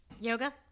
yoga